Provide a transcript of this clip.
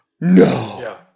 no